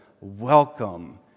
welcome